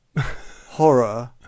horror